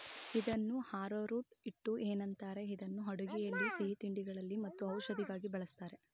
ಇದನ್ನು ಆರೋರೂಟ್ ಹಿಟ್ಟು ಏನಂತಾರೆ ಇದನ್ನು ಅಡುಗೆಯಲ್ಲಿ ಸಿಹಿತಿಂಡಿಗಳಲ್ಲಿ ಮತ್ತು ಔಷಧಿಗಾಗಿ ಬಳ್ಸತ್ತರೆ